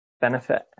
benefit